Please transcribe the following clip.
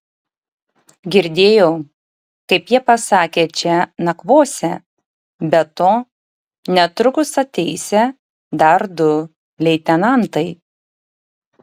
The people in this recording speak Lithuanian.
girdėjau kaip jie pasakė čia nakvosią be to netrukus ateisią dar du leitenantai